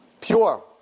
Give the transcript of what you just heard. Pure